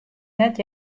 net